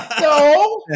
No